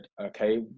okay